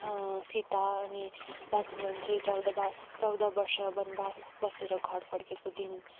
सीता अनि लक्ष्मण चाहिँ चौधवास चौैध वर्ष वनवास बसेर घर फर्केको दिन